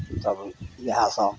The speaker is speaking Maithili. तब इहए सब